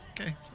Okay